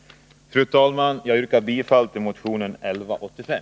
Fru talman! Jag yrkar bifall till motion 1185.